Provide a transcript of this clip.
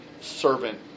servant